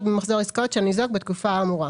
במחזור העסקאות של הניזוק בתקופה האמורה,